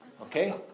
Okay